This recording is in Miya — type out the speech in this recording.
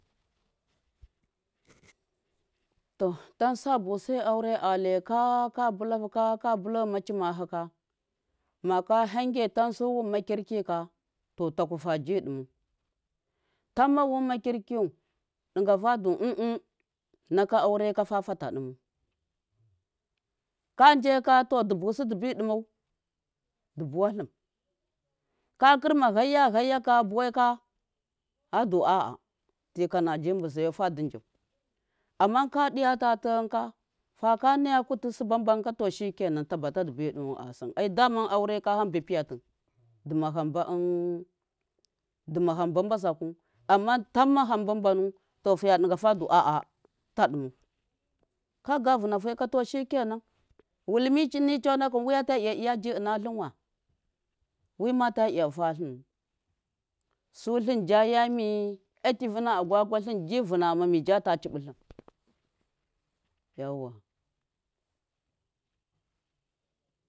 to tamsa abuse aure a laika ka bula fuka ka bula fu fimahi ka maka hange tansu wunma kir ki ka to taku fabi dumau tam wun makirkiyu naka lire ka fa fata dumau kajeka du busu dubi dumau du buwa lum ka kirma hay heya ka bu wai ka fadu a a tika naji buzayau fadi jau amma kadiya ta tonka fakanaya ku tisuba banka to shikenan ta bata dibi ɗumau asim ai dama aure hamba piyati duma hamba ei dima hamba basakhu amma ta tamma hamba banu to fiya ɗiga fadu a’a ta dumau ka ga vunafe ka to shi kenan wulimi ni tsona khun wiya ta iya iya hinwa wu mata iya fa linnu su lum jaya mi activina yauwa.